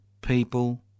people